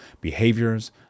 behaviors